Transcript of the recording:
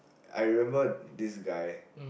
I remember this guy